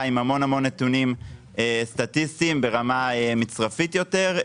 עם המון נתונים סטטיסטיים ברמה מצרפית יותר,